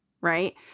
right